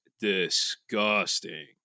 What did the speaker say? disgusting